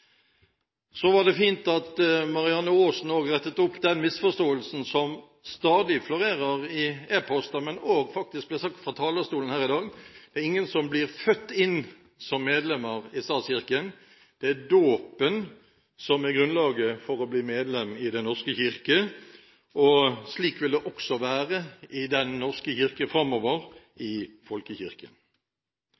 fint at Marianne Aasen rettet opp den misforståelsen som stadig florerer i e-poster, men som også faktisk ble nevnt fra talerstolen her i dag, at man blir født som medlemmer i statskirken. Det er dåpen som er grunnlaget for å bli medlem i Den norske kirke. Slik vil det også være i Den norske kirke framover, i